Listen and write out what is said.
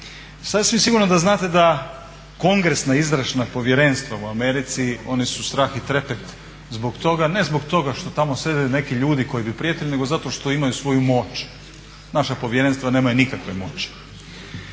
Sasvim sigurno da znate da kongresna izvršna povjerenstva u Americi oni su strah i trepet zbog toga, ne zbog toga što tamo sjede neki ljudi koji bi prijetili nego zato što imaju svoj moć. Naša povjerenstva nemaju nikakve moći.